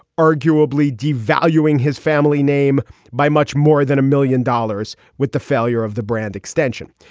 arguably devaluing his family name by much more than a million dollars with the failure of the brand extension.